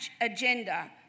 agenda